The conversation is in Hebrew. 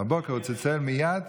ובבוקר הוא צלצל מייד,